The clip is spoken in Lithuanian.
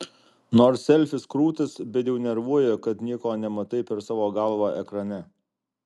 nors selfis krūtas bet jau nervuoja kad nieko nematai per savo galvą ekrane